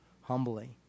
humbly